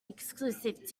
exclusive